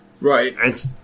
Right